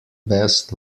best